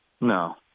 No